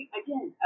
again